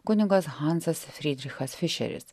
kunigas hansas frydrichas fišeris